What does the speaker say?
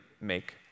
make